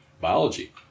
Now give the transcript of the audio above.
Biology